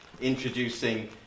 introducing